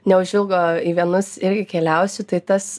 neužilgo į vienus irgi keliausiu tai tas